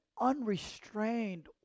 unrestrained